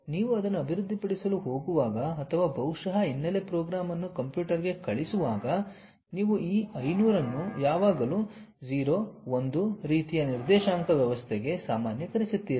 ಆದರೆ ನೀವು ಅದನ್ನು ಅಭಿವೃದ್ಧಿಪಡಿಸಲು ಹೋಗುವಾಗ ಅಥವಾ ಬಹುಶಃ ಹಿನ್ನೆಲೆ ಪ್ರೋಗ್ರಾಂ ಅನ್ನು ಕಂಪ್ಯೂಟರ್ಗೆ ಕಳಿಸುವಾಗ ನೀವು ಈ 500 ಅನ್ನು ಯಾವಾಗಲೂ 0 1 ರೀತಿಯ ನಿರ್ದೇಶಾಂಕ ವ್ಯವಸ್ಥೆಗೆ ಸಾಮಾನ್ಯೀಕರಿಸುತ್ತೀರಿ